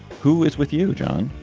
who is with you, john?